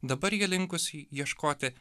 dabar ji linkus i ieškoti